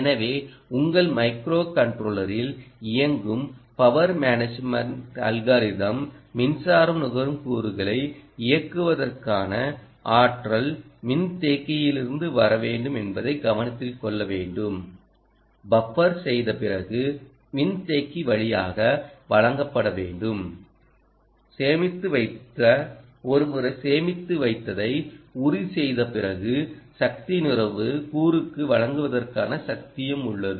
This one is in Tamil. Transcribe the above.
எனவே உங்கள் மைக்ரோ கன்ட்ரோலரில் இயங்கும் பவர் மேனேஜ்மென்ட் அல்காரிதம் மின்சாரம் நுகரும் கூறுகளை இயக்குவதற்கான ஆற்றல்மின்தேக்கியிலிருந்து வர வேண்டும் என்பதைக் கவனத்தில் கொள்ள வேண்டும் பஃபர் செய்த பிறகு மின்தேக்கி வழியாக வழங்கப்பட வேண்டும் சேமித்து வைத்து ஒரு முறை சேமித்து வைத்ததை உறுதி செய்த பிறகு சக்தி நுகர்வு கூறுக்கு வழங்குவதற்கான சக்தியும் உள்ளது